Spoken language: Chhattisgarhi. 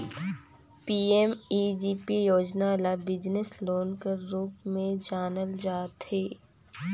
पीएमईजीपी योजना ल बिजनेस लोन कर रूप में जानल जाथे